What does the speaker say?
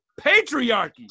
patriarchy